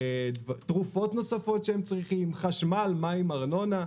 תרופות נוספות שהם צריכים, חשמל, מים, ארנונה,